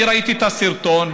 אני ראיתי את הסרטון,